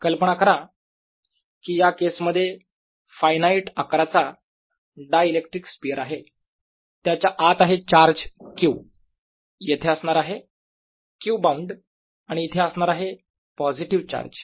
कल्पना करा की या केसमध्ये फायनाईट आकाराचा डायइलेक्ट्रिक स्पियर आहे त्याच्या आत आहे चार्ज Q येथे असणार आहे Q बाऊंड आणि इथे असणार आहे पॉझिटिव्ह चार्ज